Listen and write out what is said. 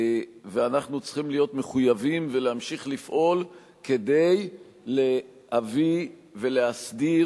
ואנחנו צריכים להיות מחויבים ולהמשיך לפעול כדי להביא ולהסדיר